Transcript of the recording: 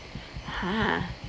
!huh!